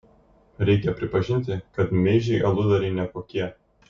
reikia pripažinti kad meižiai aludariai ne kokie